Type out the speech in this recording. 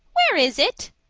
where is it?